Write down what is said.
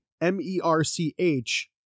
M-E-R-C-H